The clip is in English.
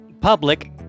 public